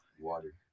water